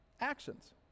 actions